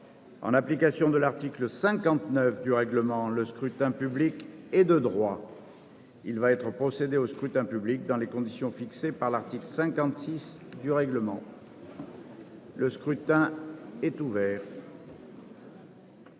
En application de l'article 59 du règlement, le scrutin public ordinaire est de droit. Il va y être procédé dans les conditions fixées par l'article 56 du règlement. Le scrutin est ouvert.